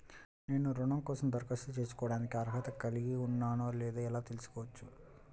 నేను రుణం కోసం దరఖాస్తు చేసుకోవడానికి అర్హత కలిగి ఉన్నానో లేదో ఎలా తెలుసుకోవచ్చు?